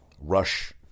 rush